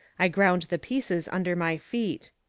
i ground the pieces under my feet.